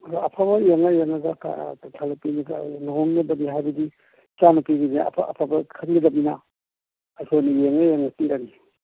ꯑꯗꯨ ꯑꯐꯕ ꯌꯦꯡꯉ ꯌꯦꯡꯉꯒ ꯍꯥꯏꯕꯗꯤ ꯏꯆꯥꯅꯨꯄꯤꯒꯤꯅꯤ ꯑꯐ ꯑꯐꯕ ꯈꯟꯒꯗꯕꯅꯤꯅ ꯑꯩꯈꯣꯅ ꯌꯦꯡꯉ ꯌꯦꯡꯉ ꯄꯤꯔꯅꯤ